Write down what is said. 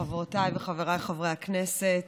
חברותיי וחבריי חברי הכנסת,